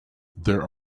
there